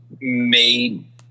made